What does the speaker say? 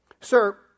sir